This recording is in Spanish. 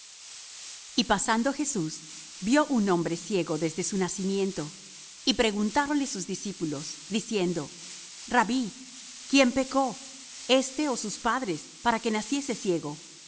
y pasando jesús vió un hombre ciego desde su nacimiento y preguntáronle sus discípulos diciendo rabbí quién pecó éste ó sus padres para que naciese ciego